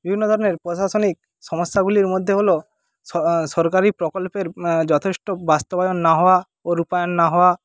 বিভিন্ন ধরনের প্রশাসনিক সমস্যাগুলির মধ্যে হলো সরকারি প্রকল্পের যথেষ্ট বাস্তবায়ন না হওয়া ও রূপায়ণ না হওয়া